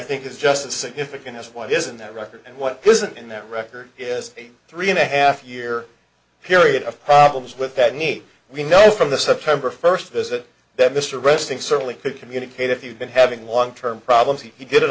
think is just as significant as why isn't that record and what isn't in the record is a three and a half year period of problems with that need we know from the september first visit that mr wresting certainly could communicate if you've been having long term problems he did it